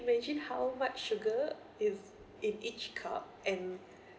imagine how much sugar is in each cup and